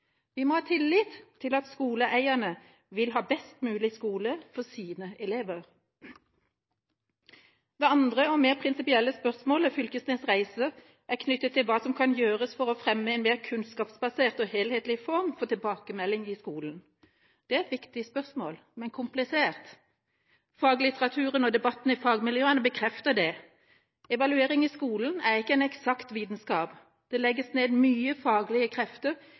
Vi må ha tillit til at skoleeierne vil ha en best mulig skole for sine elever. Det andre, og mer prinsipielle, spørsmålet Knag Fylkesnes reiser, er knyttet til hva som kan gjøres for å fremme en mer kunnskapsbasert og helhetlig form for tilbakemelding i skolen. Det er et viktig spørsmål, men komplisert. Faglitteraturen og debatten i fagmiljøene bekrefter det. Evaluering i skolen er ikke en eksakt vitenskap. Det legges ned mye faglige krefter